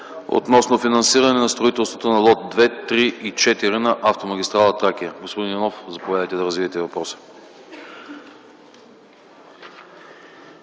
относно финансиране на строителството на лот 2, 3 и 4 на автомагистрала „Тракия”. Господин Иванов, заповядайте да развиете въпроса.